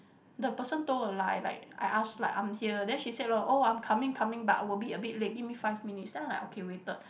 the person told a lie like I ask like I'm here then she said oh I'm coming coming but I will be a bit late give me five minutes then I like okay waited